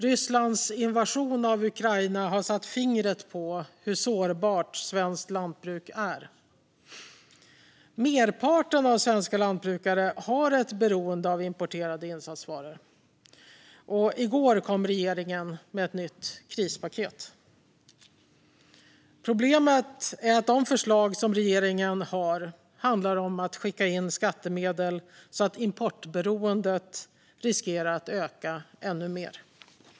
Rysslands invasion av Ukraina har satt fingret på hur sårbart svenskt lantbruk är. Merparten av svenska lantbrukare har ett beroende av importerade insatsvaror. I går kom regeringen med att nytt krispaket. Problemet är att de förslag som regeringen har handlar om att skicka in skattemedel så att importberoendet riskerar att öka ännu mer.